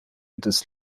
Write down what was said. des